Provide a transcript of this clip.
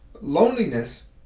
Loneliness